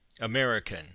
American